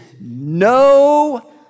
no